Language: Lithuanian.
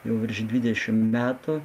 jau virš dvidešimt metų